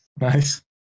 Nice